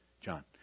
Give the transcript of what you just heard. John